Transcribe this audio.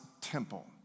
temple